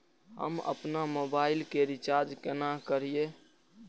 हम आपन मोबाइल के रिचार्ज केना करिए?